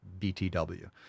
BTW